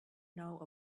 know